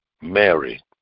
Mary